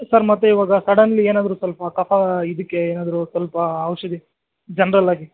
sir ಮತ್ತೆ ಇವಾಗ suddenly ಏನಾದರು ಸ್ವಲ್ಪ ಕಫ ಇದಕ್ಕೆ ಏನಾದರೂ ಸ್ವಲ್ಪ ಔಷಧಿ ಜನ್ರಲ್ಲಾಗಿ